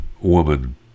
woman